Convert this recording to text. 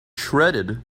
shredded